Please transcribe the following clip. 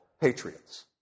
patriots